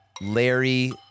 Larry